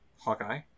Hawkeye